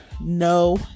no